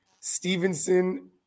Stevenson